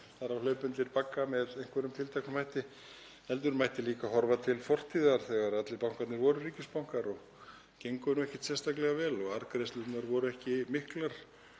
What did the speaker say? þarf að hlaupa undir bagga með einhverjum tilteknum hætti — heldur mætti líka horfa til fortíðar þegar allir bankarnir voru ríkisbankar og gengu ekkert sérstaklega vel. Arðgreiðslurnar voru ekki miklar